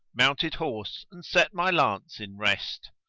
mounted horse and set my lance in rest.